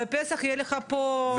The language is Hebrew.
בפסח תהיה לך פה קטסטרופה.